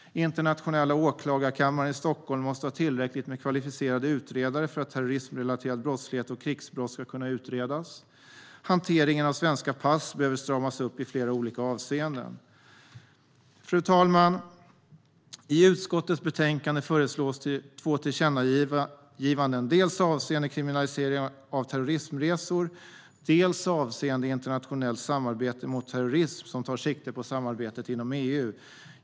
Internationella åklagarkammaren i Stockholm måste ha tillräckligt med kvalificerade utredare för att terrorismrelaterad brottslighet och krigsbrott ska kunna utredas. Hanteringen av svenska pass behöver stramas upp i flera olika avseenden. Fru talman! I utskottets betänkande föreslås två tillkännagivanden, dels avseende kriminalisering av terrorismresor, dels avseende internationellt samarbete mot terrorism som tar sikte på samarbetet inom EU.